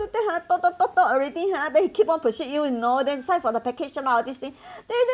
after that hor already hor then he keep on pursued you you know then you sign for the package [one] lah all these thing then then